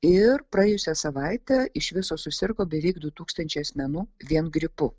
ir praėjusią savaitę iš viso susirgo beveik du tūkstančiai asmenų vien gripu